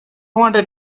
wanted